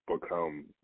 become